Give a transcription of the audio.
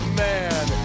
man